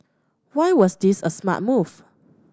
why was this a smart move